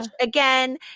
again